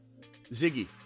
Ziggy